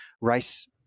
race